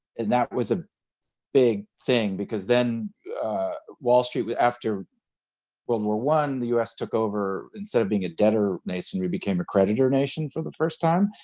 and that was a big thing because then wall street was after world war i the u s. took over instead of being a debtor nation we became a creditor nation for the first time,